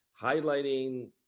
highlighting